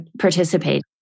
participate